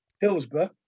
Hillsborough